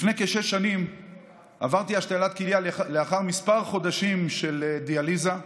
לפני כשש שנים עברתי השתלת כליה לאחר כמה חודשים של דיאליזה.